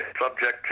subject